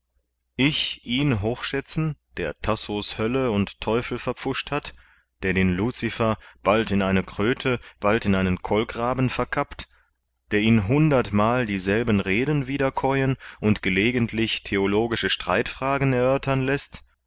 ich ihn hochschätzen der tasso's hölle und teufel verpfuscht hat der den lucifer bald in eine kröte bald in einen kolkraben verkappt der ihn hundertmal dieselben reden wiederkäuen und gelegentlich theologische streitfragen erörtern läßt